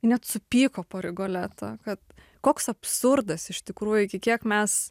net supyko po rigoleto kad koks absurdas iš tikrųjų iki kiek mes